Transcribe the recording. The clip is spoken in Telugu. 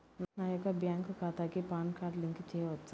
నా యొక్క బ్యాంక్ ఖాతాకి పాన్ కార్డ్ లింక్ చేయవచ్చా?